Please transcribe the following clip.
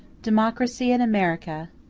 democracy in america,